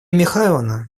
михайловна